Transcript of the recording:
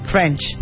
French